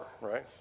right